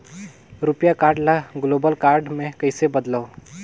रुपिया कारड ल global card मे कइसे बदलव?